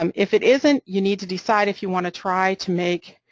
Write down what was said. um if it isn't, you need to decide if you want to try to make